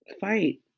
fight